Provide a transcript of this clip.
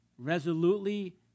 Resolutely